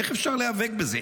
איך אפשר להיאבק בזה?